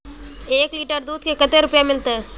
एक लीटर दूध के कते रुपया मिलते?